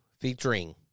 featuring